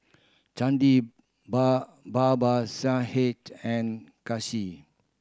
Chandi Babasaheb and Kanshi